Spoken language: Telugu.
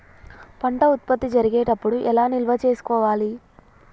పంట ఉత్పత్తి జరిగేటప్పుడు ఎలా నిల్వ చేసుకోవాలి?